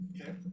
Okay